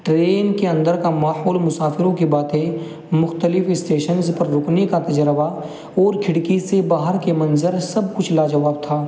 train کے اندر کا ماحول مسافروں کی باتیں مختلف اسٹیشنز پر رکنے کا تجربہ اور کھڑکی سے باہر کے منظر سب کچھ لاجواب تھا